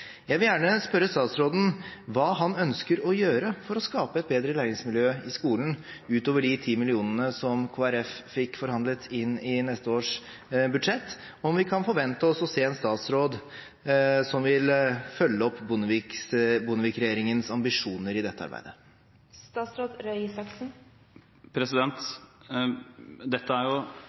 Jeg vil gjerne spørre statsråden hva han ønsker å gjøre for å skape et bedre læringsmiljø i skolen utover de 10 mill. kr som Kristelig Folkeparti fikk forhandlet inn i neste års budsjett – om vi kan forvente å se en statsråd som vil følge opp Bondevik-regjeringens ambisjoner i dette arbeidet. På dette området mener jeg det er